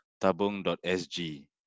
tabung.sg